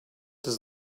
does